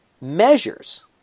measures